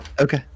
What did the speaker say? Okay